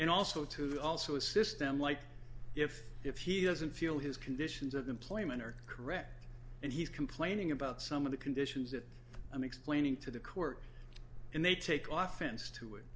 and also to also assist them like if if he doesn't feel his conditions of employment are correct and he's complaining about some of the conditions that i'm explaining to the court and they take off a